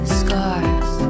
scars